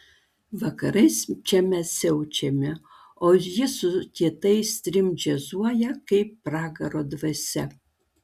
vakarais čia mes siaučiame o jis su kitais trim džiazuoja kaip pragaro dvasia